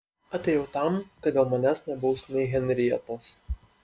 atėjau tam kad dėl manęs nebaustumei henrietos